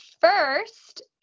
first